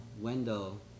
Wendell